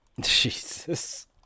Jesus